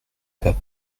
pas